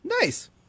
Nice